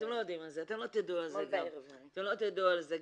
אתם לא יודעים על זה, אתם גם לא תדעו על זה.